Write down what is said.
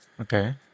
Okay